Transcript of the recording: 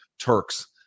Turks